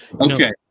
okay